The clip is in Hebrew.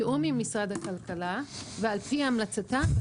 בתיאום עם משרד הכלכלה ועל פי המלצתם,